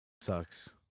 sucks